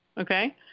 okay